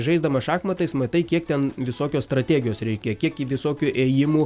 žaisdamas šachmatais matai kiek ten visokios strategijos reikia kiek visokių ėjimų